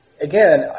again